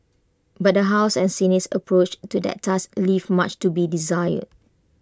but the house and Senate's approach to that task leave much to be desired